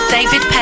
David